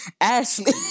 Ashley